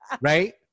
right